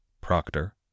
Proctor